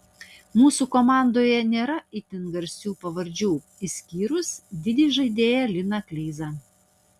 mūsų komandoje nėra itin garsių pavardžių išskyrus didį žaidėją liną kleizą